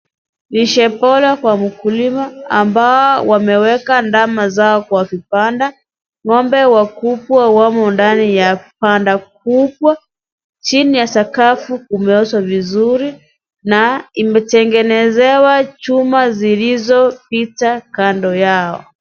Lishe bora kwa mkulima ambao wameweka ndama zao kwa vibanda, ngombe wakubwa wamo ndani ya banda kubwa, chini ya sakafu kumeoshwa vizuri na imetengenezewa chuma zilizopita kando yao.